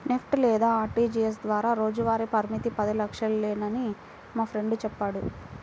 NEFT లేదా RTGS ద్వారా రోజువారీ పరిమితి పది లక్షలేనని మా ఫ్రెండు చెప్పాడు